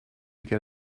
get